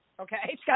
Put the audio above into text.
Okay